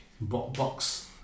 box